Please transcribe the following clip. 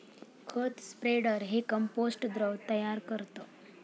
खत स्प्रेडर हे कंपोस्ट द्रव तयार करतं